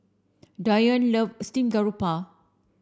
Dionne love steamed garoupa